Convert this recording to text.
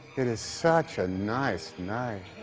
it is such a nice night.